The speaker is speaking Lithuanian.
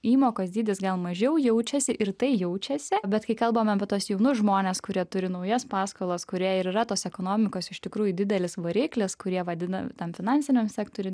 įmokos dydis gal mažiau jaučiasi ir tai jaučiasi bet kai kalbame apie tuos jaunus žmones kurie turi naujas paskolas kurie ir yra tos ekonomikos iš tikrųjų didelis variklis kurie vadina ten finansiniam sektoriui